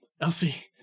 Elsie